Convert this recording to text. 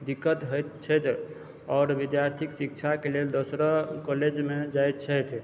दिक्कत होइत छथि आओर विद्यार्थीके शिक्षा लेल दोसर कॉलेजमे जाइत छथि